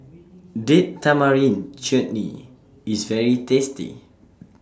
Date Tamarind Chutney IS very tasty